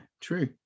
true